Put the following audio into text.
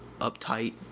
uptight